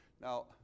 Now